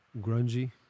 grungy